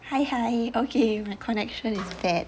hi hi okay my connection is back